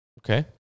Okay